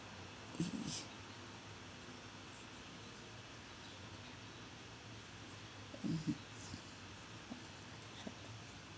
mmhmm